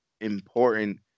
important